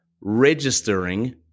registering